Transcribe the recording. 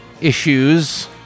issues